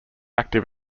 active